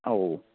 ഓ